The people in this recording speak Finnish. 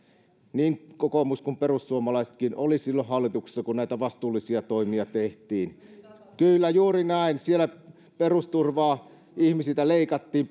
niin kokoomus kuin perussuomalaisetkin olivat silloin hallituksessa kun näitä vastuullisia toimia tehtiin kyllä juuri näin siellä perusturvaa ihmisiltä leikattiin